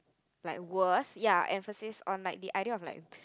like worse ya emphasis on like the idea like